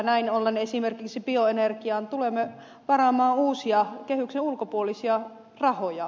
näin ollen esimerkiksi bioenergiaan tulemme varaamaan uusia kehyksen ulkopuolisia rahoja